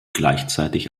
gleichzeitig